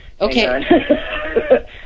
Okay